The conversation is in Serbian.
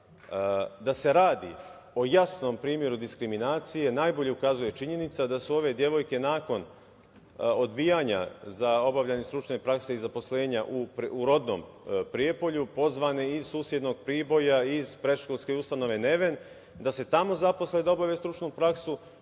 se radi o jasnom primeru diskriminacije najbolje ukazuje činjenica da su ove devojke nakon odbijanja za obavljanje stručne prakse i zaposlenja u rodnom Prijepolju pozvane iz susednog Priboja, iz predškolske ustanove „Neven“ da se tamo zaposle, da obave stručnu praksu,